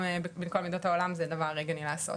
בכל מידות העולם זה דבר הגיוני לעשות.